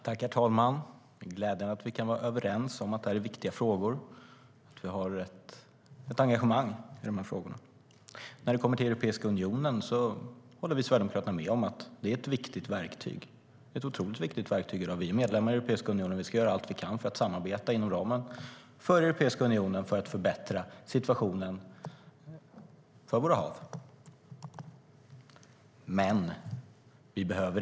Herr talman! Det är glädjande att vi kan vara överens om att det är viktiga frågor och att vi har ett engagemang i frågorna. När det kommer till Europeiska unionen håller vi i Sverigedemokraterna med om att det i dag är ett otroligt viktigt verktyg. Vi är medlemmar i Europeiska unionen och ska göra allt vi kan för att samarbeta inom ramen för Europeiska unionen för att förbättra situationen för våra hav.